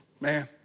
man